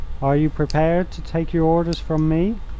are you prepared to take your orders from me?